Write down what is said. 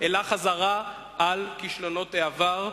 אלא חזרה על כישלונות העבר.